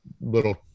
little